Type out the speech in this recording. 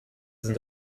sind